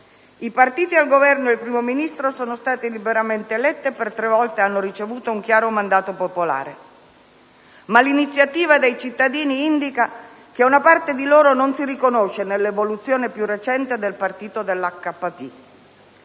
i partiti al Governo e il Primo Ministro sono stati liberamente eletti e per tre volte hanno ricevuto un chiaro mandato popolare. Ma l'iniziativa dei cittadini indica che una parte di loro non si riconosce nell'evoluzione più recente del partito AKP.